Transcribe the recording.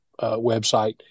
website